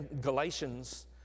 Galatians